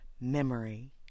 memory